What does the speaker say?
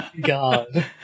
God